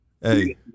Hey